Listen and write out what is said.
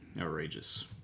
Outrageous